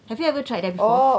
have you ever tried that before